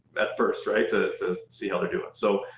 at first, right, to see how they're doing. so,